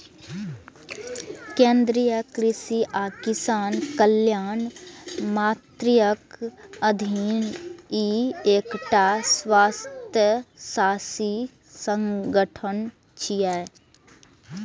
केंद्रीय कृषि आ किसान कल्याण मंत्रालयक अधीन ई एकटा स्वायत्तशासी संगठन छियै